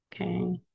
Okay